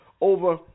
over